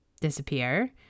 disappear